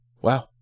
Wow